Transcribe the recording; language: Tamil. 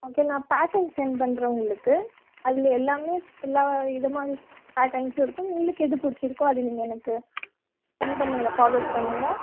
ஓகே நான் பேட்டர்ன் சென்ட் பண்ணுறன் உங்களுக்கு அதில் எல்லாமே எல்லா இதைமான் பேட்டர்ன்ஸும் இருக்கும் உங்ளுக்கு எது பிடிச்சிருக்கோ அதை நீங்கள் எனக்கு சென்ட் பண்ணுங்கள் ஃபார்வர்ட் பண்ணுங்கள்